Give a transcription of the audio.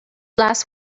last